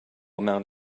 amount